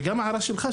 אני אומר שההערה שלך,